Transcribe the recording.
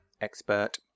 expert